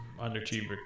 Underachiever